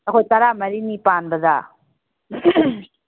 ꯑꯩꯈꯣꯏ ꯇꯔꯥꯃꯔꯤꯅꯤ ꯄꯥꯟꯕꯗ